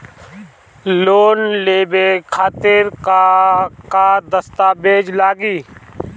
Loan लेवे खातिर का का दस्तावेज लागी?